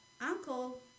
uncle